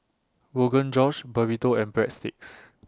Rogan Josh Burrito and Breadsticks